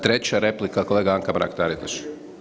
Treća replika kolegica Anka Mrak Taritaš.